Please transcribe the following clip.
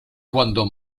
cuando